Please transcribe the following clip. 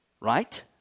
Right